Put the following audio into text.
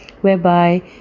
whereby